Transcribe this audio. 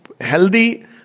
healthy